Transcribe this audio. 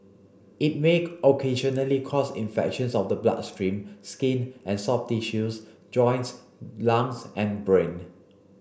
it make occasionally cause infections of the bloodstream skin and soft tissues joints lungs and brain